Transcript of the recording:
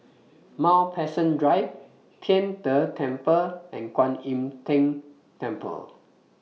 Mount Pleasant Drive Tian De Temple and Kwan Im Tng Temple